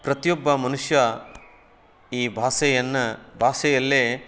ಪ್ರತಿಯೊಬ್ಬ ಮನುಷ್ಯ ಈ ಭಾಷೆಯನ್ನ ಭಾಷೆಯಲ್ಲೇ